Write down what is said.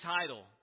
title